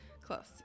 Close